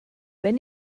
wenn